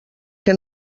que